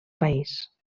país